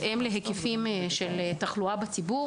להיקפים של תחלואה בציבור.